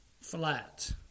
flat